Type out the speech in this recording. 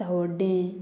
धावड्डें